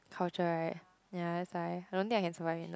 culture right ya that's why I don't think I can survive in the